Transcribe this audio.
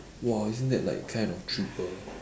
!wah! isn't that like kind of triple